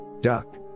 Duck